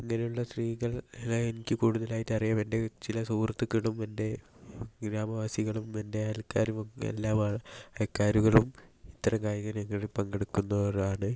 ഇങ്ങനെയുള്ള സ്ത്രീകളെ എനിക്ക് കൂടുതലായിട്ടും അറിയാം എൻ്റെ ചില സുഹൃത്തുക്കളും എൻ്റെ ഗ്രാമവാസികളും പിന്നെ എൻ്റെ അയൽക്കാരുമെല്ലാമാണ് അയൽക്കാരുകളും ഇത്തരം കായിക രംഗങ്ങളിൽ പങ്കെടുക്കുന്നവരാണ്